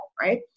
right